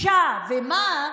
ומה?